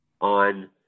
on